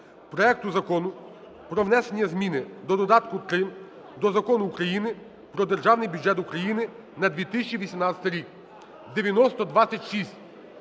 проекту Закону про внесення зміни до додатка № 3 до Закону України "Про Державний бюджет України на 2018 рік" (9026).